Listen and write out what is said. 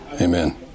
Amen